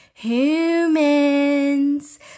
humans